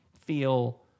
feel